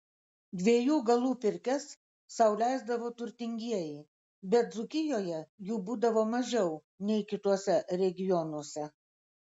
dviejų galų pirkias sau leisdavo turtingieji bet dzūkijoje jų būdavo mažiau nei kituose regionuose